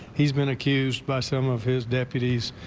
he's been accused by some of his deputies,